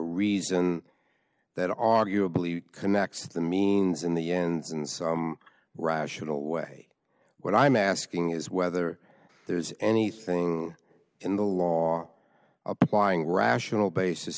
reason that arguably connects the means in the ends in some rational way what i'm asking is whether there's anything in the law applying rational basis